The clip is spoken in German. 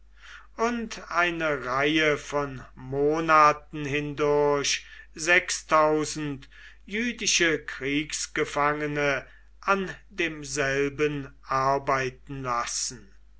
und eine reihe von monaten hindurch jüdische kriegsgefangene an demselben arbeiten lassen